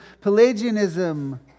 Pelagianism